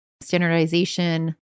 standardization